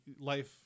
life